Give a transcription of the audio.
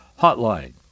hotline